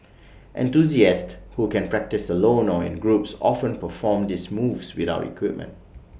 enthusiasts who can practise alone or in groups often perform these moves without equipment